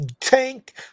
Tank